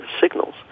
signals